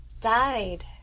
died